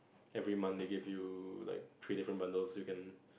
every month they give you like three different bundles you can